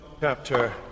chapter